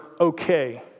okay